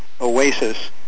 OASIS